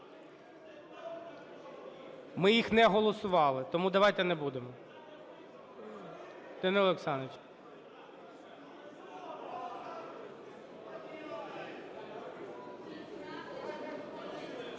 Ми їх не голосували. Тому давайте не будемо! Данило